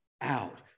out